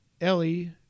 Ellie